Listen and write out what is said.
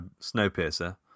Snowpiercer